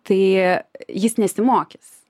tai jis nesimokys